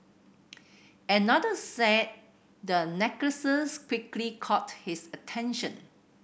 another said the necklaces quickly caught his attention